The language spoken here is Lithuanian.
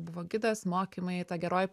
buvo gidas mokymai ta geroji